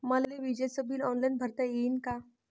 मले विजेच bill online भरता येईन का?